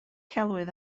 celwydd